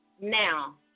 Now